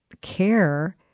care